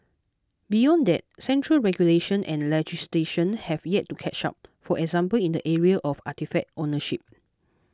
beyond that central regulation and legislation have yet to catch up for example in the area of artefact ownership